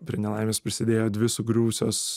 prie nelaimės prisidėjo dvi sugriuvusios